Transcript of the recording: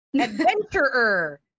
adventurer